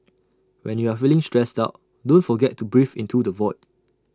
when you are feeling stressed out don't forget to breathe into the void